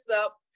up